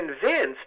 convinced